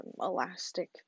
elastic